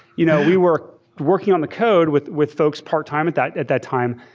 you know we were working on a code with with folks part-time at that at that time.